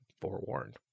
forewarned